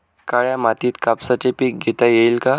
काळ्या मातीत कापसाचे पीक घेता येईल का?